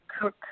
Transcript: cook